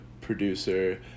producer